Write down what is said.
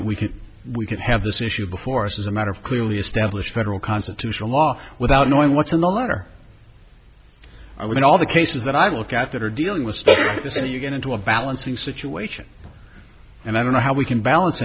that we could we could have this issue before us is a matter of clearly established federal constitutional law without knowing what's in the letter i mean all the cases that i look at that are dealing with the so you get into a balancing situation and i don't know how we can balance